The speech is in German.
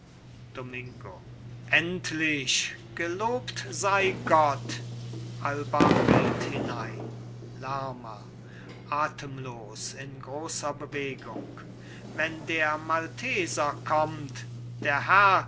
domingo endlich gelobt sei gott alba eilt hinein lerma atemlos in großer bewegung wenn der malteser kommt der herr